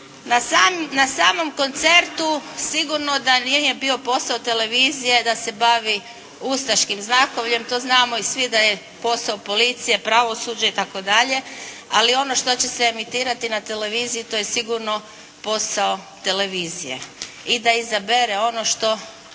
Na samom koncertu sigurno da nije bio posao televizije da se bavi ustaškim znakovljem, to znamo i svi da je posao policije, pravosuđe itd., ali ono što će se emitirati na televiziji to je sigurno posao televizije i da izabere ono što